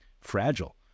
fragile